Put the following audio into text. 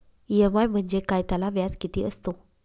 EMI म्हणजे काय? त्याला व्याज किती असतो?